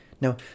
Now